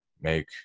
make